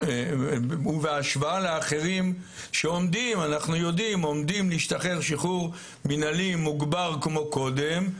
ובהשוואה לאחרים שעומדים להשתחרר שחרור מינהלי מוגבר כמו קודם,